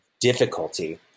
difficulty